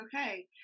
okay